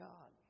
God